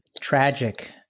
tragic